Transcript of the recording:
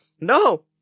no